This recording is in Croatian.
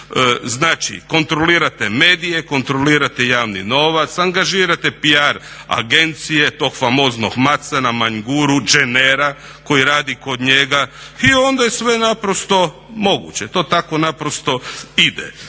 znači kontrolirate medije, kontrolirate javni novac, angažirate PR agencije tog famoznog Macana Manjguru, Gjenera koji radi kod njega i onda je sve naprosto moguće, to tako naprosto ide.